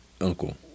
uncle